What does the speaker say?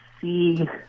see